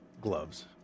gloves